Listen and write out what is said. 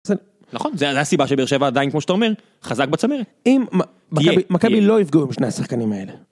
נכון, זו הסיבה שבאר שבע עדיין, כמו שאתה אומר, חזק בצמרת. אם מכבי לא יפגעו בשני השחקנים האלה.